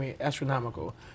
astronomical